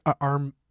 arm